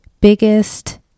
biggest